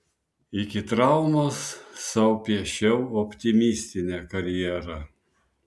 iki traumos sau piešiau optimistinę karjerą